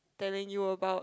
telling you about